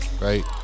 right